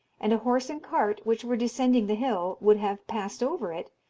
and a horse and cart, which were descending the hill, would have passed over it,